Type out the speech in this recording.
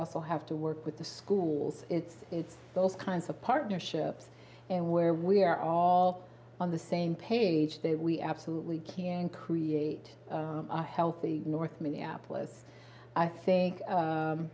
also have to work with the schools it's it's those kinds of partnerships and where we are all on the same page there we absolutely can create a healthy north minneapolis i think